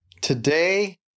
Today